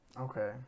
okay